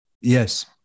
Yes